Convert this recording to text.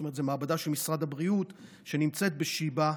זו מעבדה של משרד הבריאות שנמצאת בשיבא,